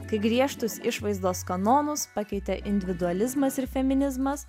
kai griežtus išvaizdos kanonus pakeitė individualizmas ir feminizmas